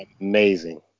Amazing